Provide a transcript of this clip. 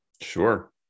Sure